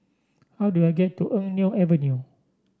how do I get to Eng Neo Avenue